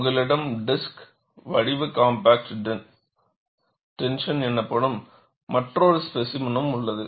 உங்களிடம் டிஸ்க்கு வடிவ காம்பாக்ட் டென்ஷன் எனப்படும் மற்றொரு ஸ்பேசிமென்யும் உள்ளது